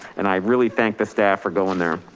and i really thank the staff for going there.